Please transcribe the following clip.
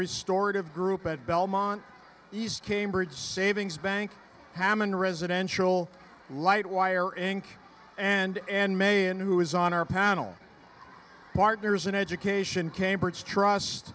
restored of group at belmont east cambridge savings bank hammon residential light wire inc and and main who is on our panel partners in education cambridge trust